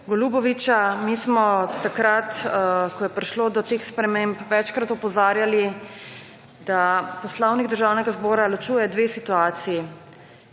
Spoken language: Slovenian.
Golubovića. Mi smo takrat, ko je prišlo do teh sprememb večkrat opozarjali, da Poslovnik Državnega zbora ločuje dve situaciji.